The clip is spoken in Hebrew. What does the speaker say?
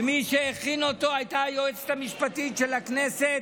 ומי שהכין אותו היה היועצת המשפטית של הכנסת,